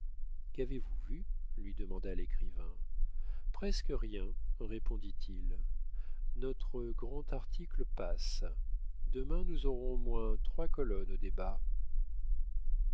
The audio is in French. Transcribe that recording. qu'avez-vous vu lui demanda l'écrivain presque rien répondit-il notre grand article passe demain nous aurons au moins trois colonnes